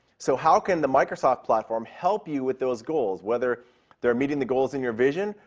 so how can the microsoft platform help you with those goals? whether they're meeting the goals in your vision,